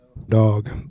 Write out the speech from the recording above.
dog